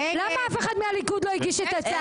למה אף אחד מהליכוד לא הגיש את ההצעה?